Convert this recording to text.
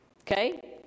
Okay